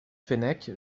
fenech